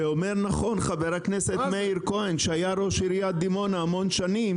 ואומר נכון חבר הכנסת מאיר כהן שהיה ראש עיריית דימונה המון שנים,